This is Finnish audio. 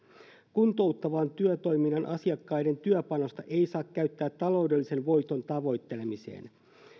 kuntouttavan työtoiminnan asiakkaiden työpanosta ei saa käyttää taloudellisen voiton tavoittelemiseen